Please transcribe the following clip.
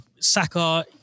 Saka